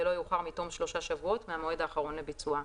ולא יאוחר מתום שלושה שבועות מהמועד האחרון לביצועה.